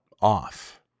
off